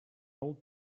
old